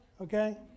okay